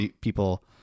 people